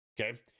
Okay